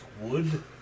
wood